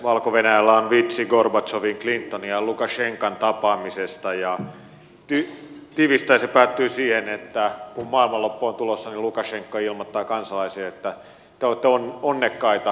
valko venäjällä on vitsi gorbatsovin clintonin ja lukasenkan tapaamisesta ja tiivistäen se päättyy siihen että kun maailmanloppu on tulossa niin lukasenka ilmoittaa kansalaisille että te olette onnekkaita